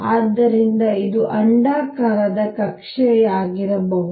ಆದ್ದರಿಂದ ಇದು ಅಂಡಾಕಾರದ ಕಕ್ಷೆಯಾಗಿರಬಹುದು